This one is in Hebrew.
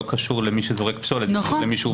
קשורות בכלל למי שזורק פסולת אלא למי שהוא בעל הכלי.